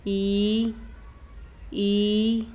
E E